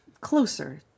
closer